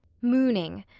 mooning.